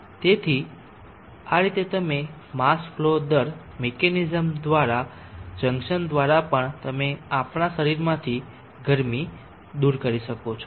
તેથી આ રીતે તમે માસ ફલો દર મીકેનીઝમ દ્રારા પેલેટીઅર જંકશન દ્વારા પણ તમે આપણા શરીરમાંથી ગરમી દૂર કરી શકો છો